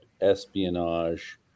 espionage